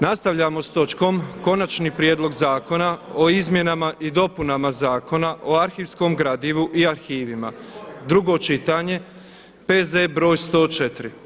Nastavljamo s točkom: - Konačni prijedlog Zakona o izmjenama i dopunama Zakona o arhivskom gradivu i arhivima, drugo čitanje, P.Z. broj 104.